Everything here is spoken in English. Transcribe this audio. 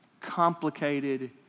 complicated